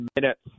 minutes